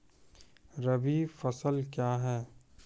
रबी फसल क्या हैं?